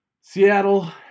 Seattle